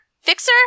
Fixer